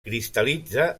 cristal·litza